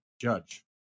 judge